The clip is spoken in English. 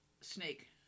snake